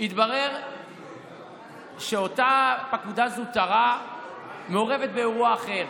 התברר שאותה פקודה זוטרה מעורבת באירוע אחר